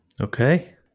Okay